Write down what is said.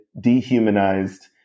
dehumanized